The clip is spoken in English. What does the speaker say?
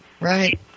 right